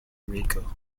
rico